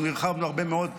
אנחנו הרחבנו הרבה מאוד.